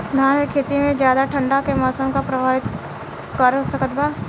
धान के खेती में ज्यादा ठंडा के मौसम का प्रभावित कर सकता बा?